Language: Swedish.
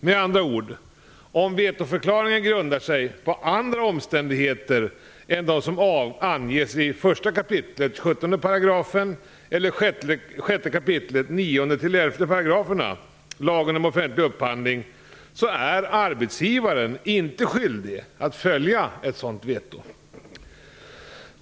Med andra ord, om vetoförklaringen grundar sig på andra omständigheter än de som anges i 1 kap. 17 § eller 6 kap. 9-11 §§ lagen om offentlig upphandling är arbetsgivaren inte skyldig att följa vetot.